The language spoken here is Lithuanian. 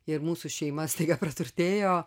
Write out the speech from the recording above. ir mūsų šeima staiga praturtėjo